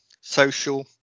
social